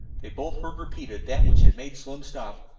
they both heard repeated that which had made slim stop.